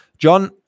John